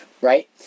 right